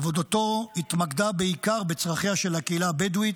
עבודתו התמקדה בעיקר בצרכיה של הקהילה הבדואית,